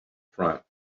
front